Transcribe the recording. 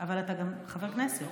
אבל אתה גם חבר כנסת.